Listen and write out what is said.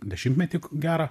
dešimtmetį gerą